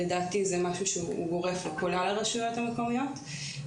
לדעתי, זה משהו שהוא גורף לכלל הרשויות המקומיות.